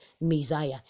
Messiah